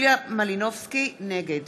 נגד